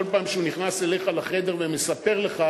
כל פעם שהוא נכנס אליך לחדר ומספר לך